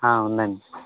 ఆ ఉందండి